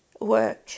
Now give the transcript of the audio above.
work